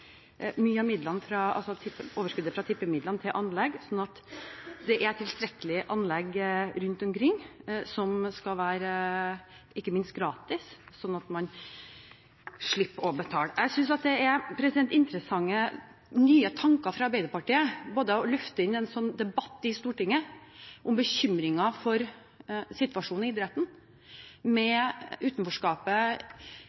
overskuddet fra tippemidlene til anlegg, slik at det er tilstrekkelig med anlegg rundt omkring, og at de skal de være gratis, man skal slippe å betale. Jeg synes at det er interessante nye tanker fra Arbeiderpartiet, både det å løfte inn en sånn debatt i Stortinget om bekymringen for situasjonen i idretten, med